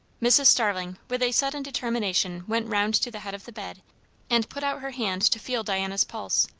mrs. starling with a sudden determination went round to the head of the bed and put out her hand to feel diana's pulse.